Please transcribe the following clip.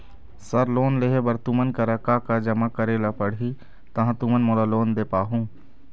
Sir loan लेहे बर तुमन करा का का जमा करें ला पड़ही तहाँ तुमन मोला लोन दे पाहुं?